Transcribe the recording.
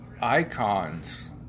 icons